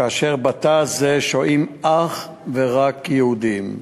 כאשר בתא הזה שוהים אך ורק יהודים,